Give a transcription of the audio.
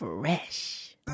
Fresh